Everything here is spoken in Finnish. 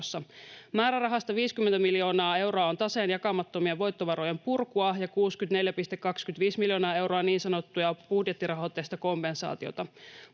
Määrärahasta 50 miljoonaa euroa on taseen jakamattomien voittovarojen purkua ja 64,25 miljoonaa euroa niin sanottua budjettirahoitteista kompensaatiota.